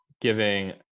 giving